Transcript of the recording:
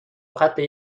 قتل